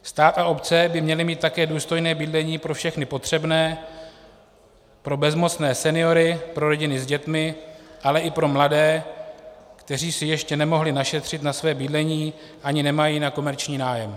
Stát a obce by měly mít také důstojné bydlení pro všechny potřebné, pro bezmocné seniory, pro rodiny s dětmi, ale i pro mladé, kteří si ještě nemohli našetřit na svoje bydlení ani nemají na komerční nájem.